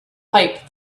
pipe